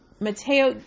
Mateo